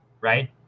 right